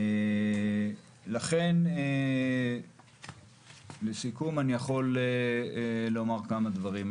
לסיכום, אני יכול לומר כמה דברים: